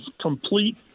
complete